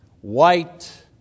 white